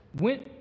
went